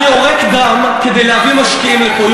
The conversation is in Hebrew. אני יורק דם כדי להביא משקיעים לפה.